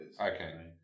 Okay